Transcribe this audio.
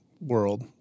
world